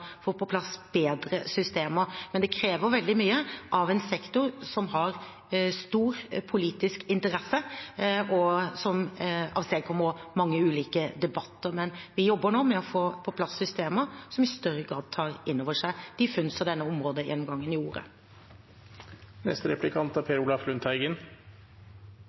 få på plass bedre systemer. Men det krever veldig mye av en sektor som er av stor politisk interesse, og som avstedkommer mange ulike debatter. Men vi jobber nå med å få på plass systemer som i større grad tar inn over seg de funn som denne områdegjennomgangen gjorde.